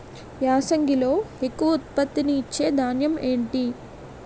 యాసంగిలో ఎక్కువ ఉత్పత్తిని ఇచే ధాన్యం ఏంటి?